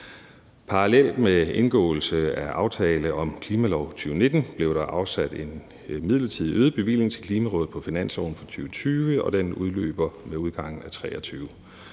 Parallelt med indgåelse af aftale om klimalov i 2019 blev der afsat en midlertidig øget bevilling til Klimarådet på finansloven for 2020, og den udløber med udgangen af 2023.